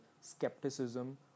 skepticism